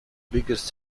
biggest